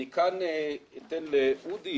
כאן אני אתן לאודי,